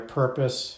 purpose